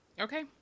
Okay